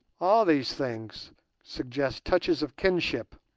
all these things suggest touches of kinship